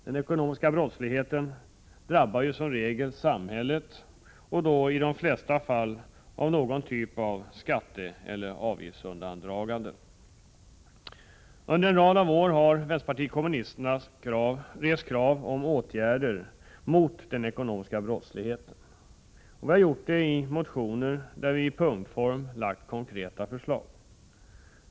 Den ekonomiska brottsligheten drabbar ju som regel samhället, och i de flesta fall handlar det om någon typ av undandragande av skatter eller avgifter. Under en rad av år har vänsterpartiet kommunisterna rest krav på åtgärder mot den ekonomiska brottsligheten. Vi har gjort det i motioner, där vi i punktform har lagt fram konkreta förslag.